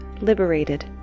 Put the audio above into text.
liberated